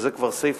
וזה כבר סיפא,